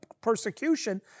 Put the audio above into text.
persecution